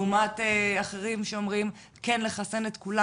לעומת אחרים שאומרים כן לחסן את כולם